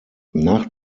nach